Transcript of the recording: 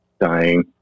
dying